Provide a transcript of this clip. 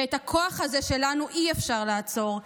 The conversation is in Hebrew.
ואת הכוח הזה שלנו אי-אפשר לעצור.